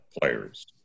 players